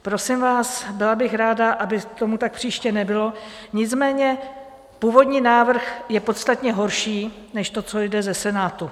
Prosím vás, byla bych ráda, aby tomu tak příště nebylo, nicméně původní návrh je podstatně horší než to, co jde ze Senátu.